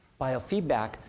Biofeedback